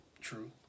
true